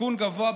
בסיכון גבוה,